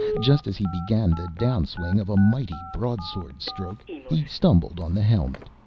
just as he began the downswing of a mighty broadsword stroke, he stumbled on the helmet.